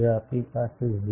જો આપણી પાસે 0